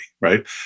right